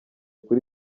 kuri